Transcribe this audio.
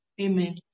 Amen